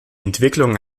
entwicklung